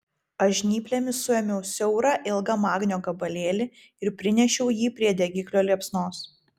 aš žnyplėmis suėmiau siaurą ilgą magnio gabalėlį ir prinešiau jį prie degiklio liepsnos